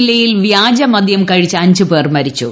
ജില്ലയിൽ വ്യാജമദ്യം കഴിച്ച് അഞ്ച് പേർ മരിച്ചു